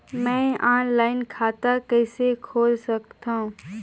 मैं ऑनलाइन खाता कइसे खोल सकथव?